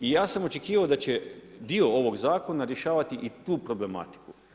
I ja sam očekivao da će dio ovog zakona, rješavati i tu problematiku.